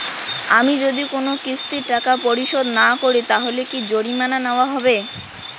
আমি যদি কোন কিস্তির টাকা পরিশোধ না করি তাহলে কি জরিমানা নেওয়া হবে?